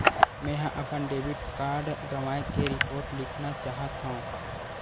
मेंहा अपन debit card गवाए के रिपोर्ट लिखना चाहत हव